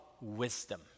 wisdom